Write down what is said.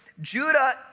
Judah